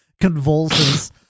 convulses